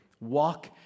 Walk